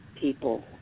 people